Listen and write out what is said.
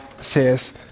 says